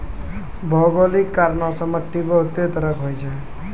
भौगोलिक कारणो से माट्टी बहुते तरहो के होय छै